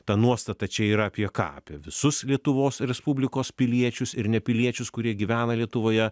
ta nuostata čia yra apie ką apie visus lietuvos respublikos piliečius ir ne piliečius kurie gyvena lietuvoje